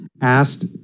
asked